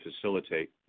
facilitate